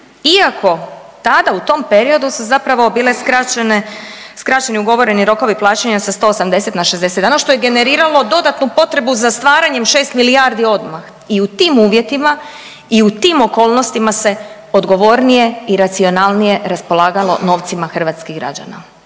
iako tada u tom periodu se zapravo bile skraćene, skraćeni ugovoreni rokovi plaćanja sa 180 na 60 dana što je generiralo dodatnu potrebu za stvaranjem 6 milijardi odmah i u tim uvjetima i u tim okolnostima se odgovornije i racionalnije raspolagalo novcima hrvatskih građana,